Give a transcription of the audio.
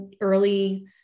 early